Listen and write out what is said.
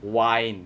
wine